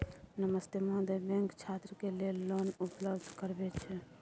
नमस्ते महोदय, बैंक छात्र के लेल लोन उपलब्ध करबे छै?